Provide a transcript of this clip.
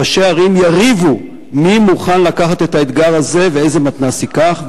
ראשי ערים יריבו מי מוכן לקחת את האתגר הזה ואיזה מתנ"ס ייקח.